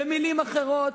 במלים אחרות: